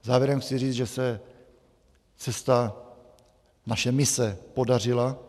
Závěrem chci říct, že se cesta, naše mise podařila.